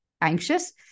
anxious